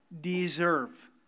deserve